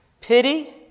Pity